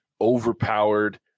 overpowered